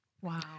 Wow